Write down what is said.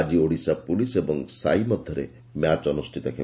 ଆକି ଓଡ଼ିଶା ପୁଲିସ୍ ଏବଂ ସାଇ ମଧ୍ୟରେ ମ୍ୟାଚ୍ ଅନ୍ଷିତ ହେବ